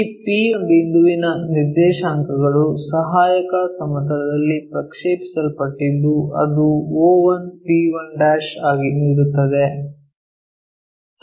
ಈ P ಬಿಂದುವಿನ ನಿರ್ದೇಶಾಂಕಗಳು ಸಹಾಯಕ ಸಮತಲದಲ್ಲಿ ಪ್ರಕ್ಷೇಪಿಸಲ್ಪಟ್ಟಿದ್ದು ಅದು o1 p1 ಆಗಿ ನೀಡುತ್ತದೆ